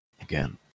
Again